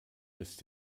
ist